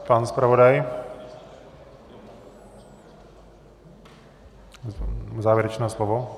Pan zpravodaj závěrečné slovo.